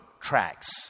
tracks